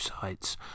sites